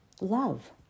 love